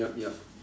yup yup